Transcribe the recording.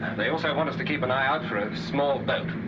they also want us to keep an eye out for a small boat.